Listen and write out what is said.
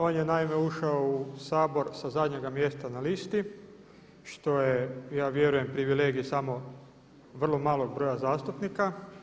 On je naime ušao u Sabor sa zadnjega mjesta na listi što je ja vjerujem privilegij samo vrlo malog broja zastupnika.